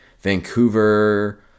Vancouver